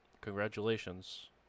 Congratulations